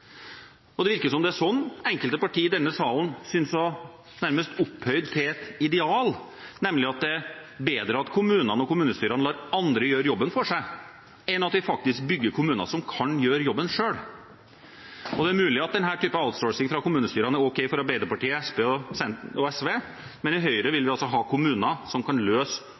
lokalt. Det virker som om det er dette enkelte partier i denne salen synes nærmest å ha opphøyd til et ideal, nemlig at det er bedre at kommunene og kommunestyrene lar andre gjøre jobben for seg, enn at vi faktisk bygger kommuner som kan gjøre jobben selv. Det er mulig at denne typen «outsourcing» fra kommunestyrene er ok for Arbeiderpartiet, Senterpartiet og SV, men i Høyre vil vi ha kommuner som kan løse